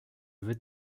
veux